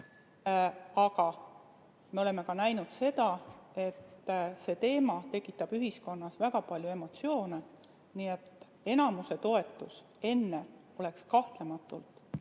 Aga me oleme näinud seda, et see teema tekitab ühiskonnas väga palju emotsioone. Nii et enamuse toetus enne oleks kahtlematult